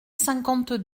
cinquante